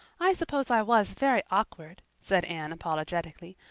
i suppose i was very awkward, said anne apologetically,